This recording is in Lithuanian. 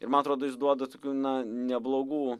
ir man atrodo jis duoda tokių na neblogų